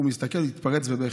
הוא הסתכל ופרץ בבכי.